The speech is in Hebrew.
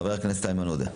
חבר הכנסת איימן עודה.